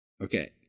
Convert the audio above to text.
Okay